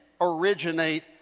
originate